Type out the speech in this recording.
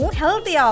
healthy